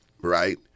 right